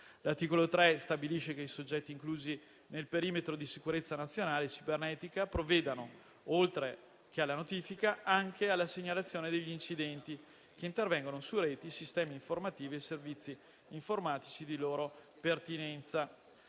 L'articolo 3 stabilisce che i soggetti inclusi nel perimetro di sicurezza nazionale cibernetica provvedano, oltre che alla notifica, anche alla segnalazione degli incidenti che intervengono su reti, sistemi informativi e servizi informatici di loro pertinenza